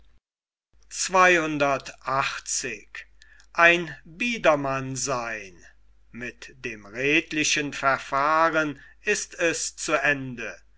mit dem redlichen verfahren ist es zu ende